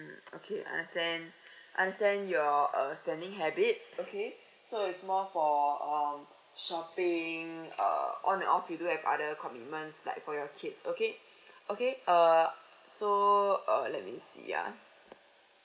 okay I understand I understand your uh spending habits okay so is more for um shopping uh on and off you do have other commitments like for your kids okay okay err so uh let me see ah